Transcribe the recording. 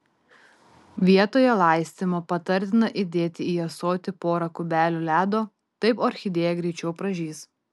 vietoje laistymo patartina įdėti į ąsotį pora kubelių ledo taip orchidėja greičiau pražys